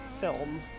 film